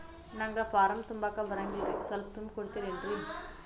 ನಂಗ ಫಾರಂ ತುಂಬಾಕ ಬರಂಗಿಲ್ರಿ ಸ್ವಲ್ಪ ತುಂಬಿ ಕೊಡ್ತಿರೇನ್ರಿ?